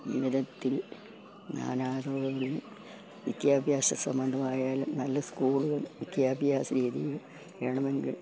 ജീവിതത്തിൽ നാനാ ധ്രുവങ്ങളിൽ വിദ്യാഭ്യാസ സംബന്ധമായാലും നല്ല സ്കൂളുകൾ വിദ്യാഭ്യാസ രീതിയും വേണമെങ്കിൽ